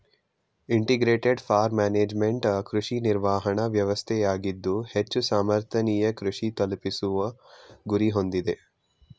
integrated farm management ಕೃಷಿ ನಿರ್ವಹಣಾ ವ್ಯವಸ್ಥೆಯಾಗಿದ್ದು ಹೆಚ್ಚು ಸಮರ್ಥನೀಯ ಕೃಷಿ ತಲುಪಿಸುವ ಗುರಿ ಹೊಂದಿದೆ